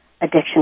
Addiction